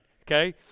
okay